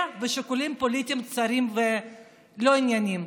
ושיקולים פוליטיים צרים ולא ענייניים.